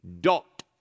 Dot